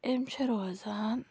أمۍ چھِ روزان